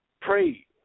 pray